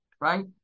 right